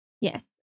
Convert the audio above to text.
Yes